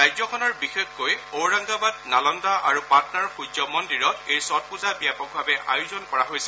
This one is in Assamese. ৰাজ্যখনৰ বিশেষকৈ ঔৰংগাবাদ নালন্দা আৰু পাটনাৰ সূৰ্য মন্দিৰত এই ছট পুজা ব্যাপকভাৱে আয়োজন কৰা হৈছে